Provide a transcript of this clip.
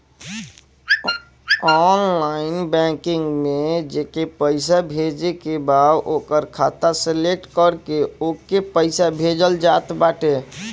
online banking में जेके पईसा भेजे के बा ओकर खाता सलेक्ट करके ओके पईसा भेजल जात बाटे